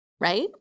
right